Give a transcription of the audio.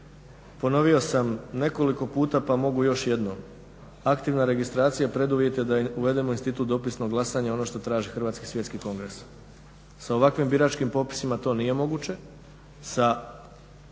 Ponovio sam nekoliko puta pa mogu još jednom, aktivna registracija preduvjet je da uvedemo institut dopisnog glasanja, ono što traži Hrvatski svjetski kongres. Sa ovakvim biračkim popisima to nije moguće, sa